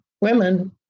women